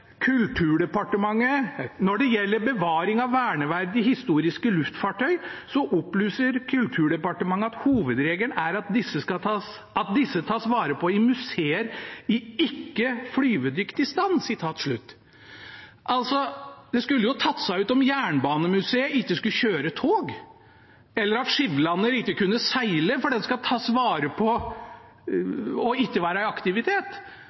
det gjelder bevaring av verneverdige historiske luftfartøy, så opplyser Kulturdepartementet at hovedregelen er at disse tas vare på i museer i ikke-flyvedyktig stand.» Altså: Det skulle tatt seg ut om jernbanemuseet ikke skulle kjøre tog, eller at Skibladner ikke kunne seile fordi den skal tas vare på, men ikke være i aktivitet.